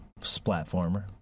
splatformer